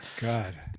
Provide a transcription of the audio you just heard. God